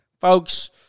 Folks